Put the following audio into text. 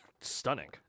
Stunning